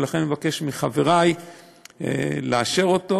ולכן אני מבקש מחברי לאשר אותו,